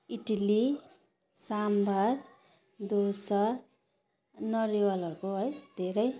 इड्ली साम्बार डोसा नरियलहरूको है धेरै